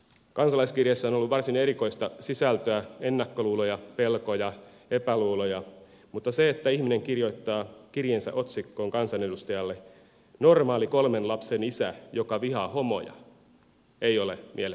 kansalaiskirjeissä on ollut varsin erikoista sisältöä ennakkoluuloja pelkoja epäluuloa mutta se että ihminen kirjoittaa kirjeensä otsikkoon kansanedustajalle normaali kolmen lapsen isä joka vihaa homoja ei ole mielestäni normaalia